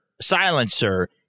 silencer